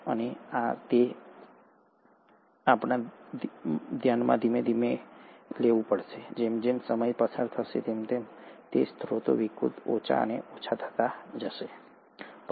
અને આ તે છે જ્યાં આપણે ધીમે ધીમે ધ્યાનમાં લેવું પડશે જેમ જેમ સમય પસાર થતો ગયો તેમ તેમ સ્ત્રોતો વિકૃત ઓછા અને ઓછા થતા જાય છે